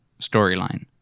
storyline